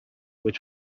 which